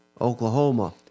Oklahoma